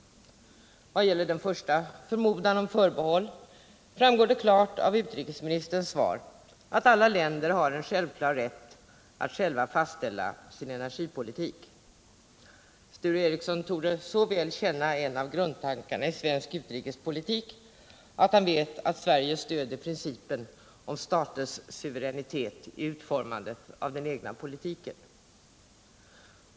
Vad gäller Sture Ericsons förmodan om förbehåll framgår det klart av utrikesministerns svar att alla länder har en självklar rätt att själva fastställa sin energipolitik. Sture Ericson torde f. ö. så väl känna till en av grundtankarna i svensk utrikespolitik, att han vet att Sverige stöder principen om staters suveränitet i utformandet av den egna politiken.